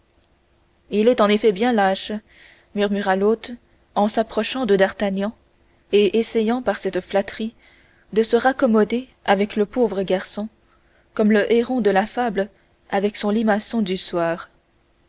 il est en effet bien lâche murmura l'hôte en s'approchant de d'artagnan et essayant par cette flatterie de se raccommoder avec le pauvre garçon comme le héron de la fable avec son limaçon du soir